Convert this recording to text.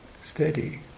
steady